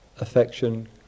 affection